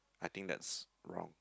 I think that's wrong